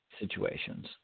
situations